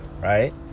Right